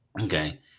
Okay